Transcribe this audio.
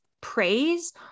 praise